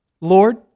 Lord